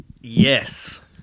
Yes